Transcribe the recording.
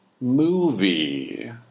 movie